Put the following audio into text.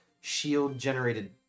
shield-generated